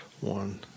One